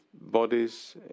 bodies